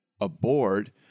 aboard